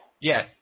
Yes